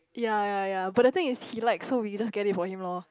ya ya ya but the thing is he like so we just get it for him loh